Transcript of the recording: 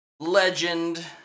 Legend